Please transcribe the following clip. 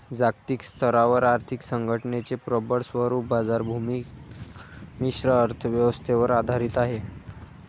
जागतिक स्तरावर आर्थिक संघटनेचे प्रबळ स्वरूप बाजाराभिमुख मिश्र अर्थ व्यवस्थेवर आधारित आहे